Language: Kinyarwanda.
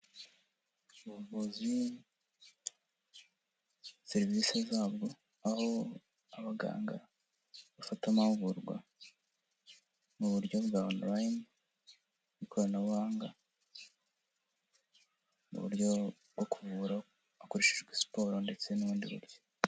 Ubuvuzi, serivisi zabwo, aho abaganga bafata amahugurwa mu buryo bwa onorayine, ikoranabuhanga n’uburyo bwo kuvura hakoreshejwe siporo ndetse n'ubundi buryo.